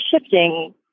shifting